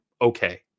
okay